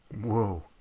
Whoa